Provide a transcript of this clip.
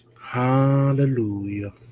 Hallelujah